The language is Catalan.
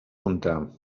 contar